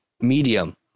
Medium